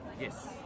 Yes